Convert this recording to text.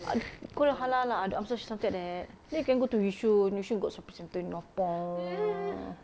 ah kau ada halal ah ada also shouted that then you can go to yishun yishun ada shopping centre northpoint